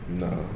No